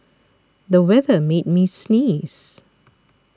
the weather made me sneeze